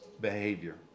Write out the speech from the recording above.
behavior